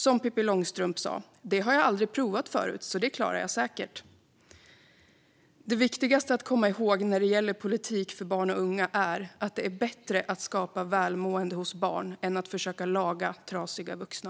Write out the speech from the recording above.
Som Pippi Långstrump sa: Det har jag aldrig provat förut, så det klarar jag säkert! Det viktigaste att komma ihåg när det gäller politik för barn och unga är att det är bättre att skapa välmående hos barn än att försöka laga trasiga vuxna.